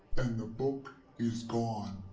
and the book is gone!